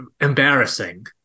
embarrassing